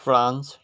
France